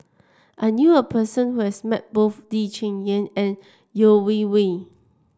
I knew a person who has met both Lee Cheng Yan and Yeo Wei Wei